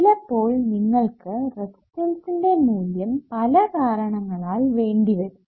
ചിലപ്പോൾ നിങ്ങൾക്ക് റെസിസ്റ്ററിന്റെ മൂല്യം പല കാരണങ്ങളാൽ വേണ്ടി വരും